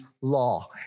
law